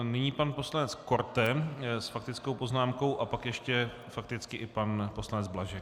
Nyní pan poslanec Korte s faktickou poznámkou a pak ještě fakticky i pan poslanec Blažek.